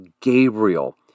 Gabriel